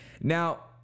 Now